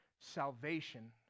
salvation